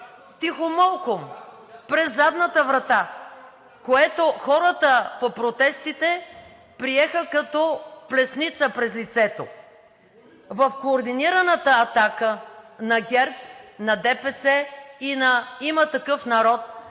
тихомълком, през задната врата, което хората от протестите приеха като плесница през лицето; в координираната атака на ГЕРБ, на ДПС и на „Има такъв народ“